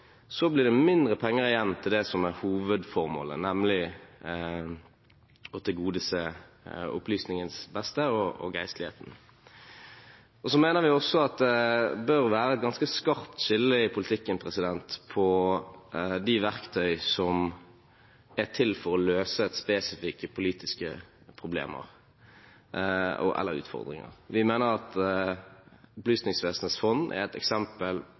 blir det mindre penger igjen til det som er hovedformålet, nemlig å tilgodese opplysningens beste og geistligheten. Så mener vi også at det bør være et ganske skarpt skille i politikken mellom de verktøy som er til for å løse spesifikke politiske problemer eller utfordringer. Vi mener at Opplysningsvesenets fond er et eksempel